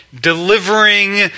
delivering